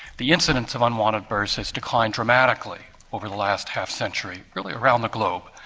the incidence of unwanted births has declined dramatically over the last half-century, really around the globe.